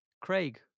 Craig